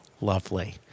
lovely